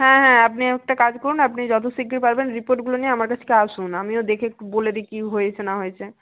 হ্যাঁ হ্যাঁ আপনি একটা কাজ করুন আপনি যত শিগগির পারবেন রিপোর্টগুলো নিয়ে আমার কাছকে আসুন আমিও দেখে একটু বলে দিই কী হয়েছে না হয়েছে